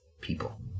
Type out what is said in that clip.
people